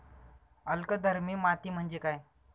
अल्कधर्मी माती म्हणजे काय?